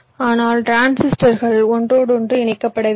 ஆனால் டிரான்சிஸ்டர்கள் ஒன்றோடொன்று இணைக்கப்படவில்லை